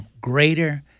greater